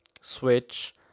switch